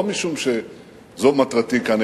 לא משום שזו מטרתי כאן,